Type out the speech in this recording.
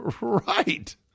Right